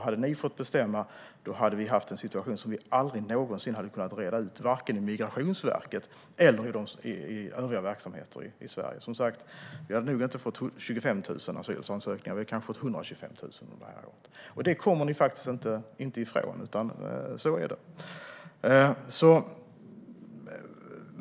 Hade ni fått bestämma hade vi haft en situation som vi aldrig någonsin hade kunnat reda ut, vare sig Migrationsverket eller övriga verksamheter i Sverige. Då hade vi inte haft 25 000 asylsökande, utan då hade vi kanske fått 125 000 asylsökande under det här året. Det kommer ni inte ifrån. Så är det.